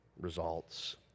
results